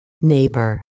neighbor